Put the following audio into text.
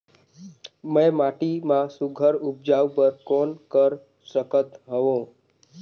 मैं माटी मा सुघ्घर उपजाऊ बर कौन कर सकत हवो?